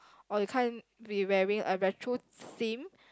or you can't be wearing a retro themed